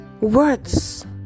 Words